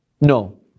no